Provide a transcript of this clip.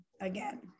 again